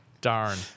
Darn